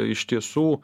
iš tiesų